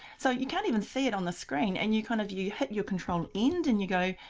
so, you can't even see it on the screen and you kind of, you hit your control end and you go,